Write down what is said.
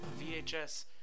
VHS